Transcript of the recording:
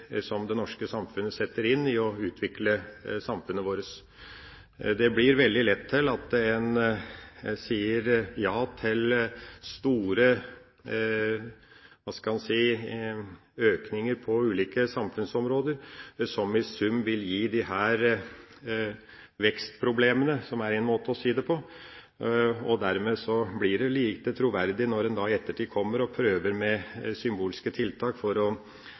som det norske samfunnet setter inn når det gjelder å utvikle samfunnet vårt. Det blir veldig lett til at en sier ja til store økninger på ulike samfunnsområder, som i sum vil gi disse vekstproblemene – som er en måte å si det på – og dermed blir det lite troverdig når en i ettertid kommer og prøver med symbolske tiltak for